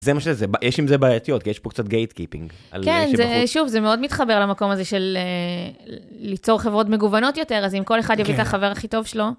זה מה שזה. יש עם זה בעייתיות יש פה קצת גייטקיפינג. שוב זה מאוד מתחבר למקום הזה של ליצור חברות מגוונות יותר אז אם כל אחד יביא את החבר הכי טוב שלו.